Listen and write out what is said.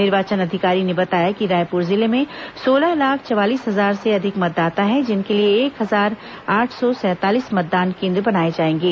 निर्वाचन अधिकारी ने बताया कि रायपुर जिले में सोलह लाख चवालीस हजार से अधिक मतदाता हैं जिनके लिए एक हजार आठ सौ सैंतालीस मतदान केंद्र बनाए जाएंगे